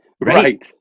right